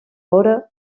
hora